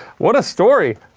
what a story.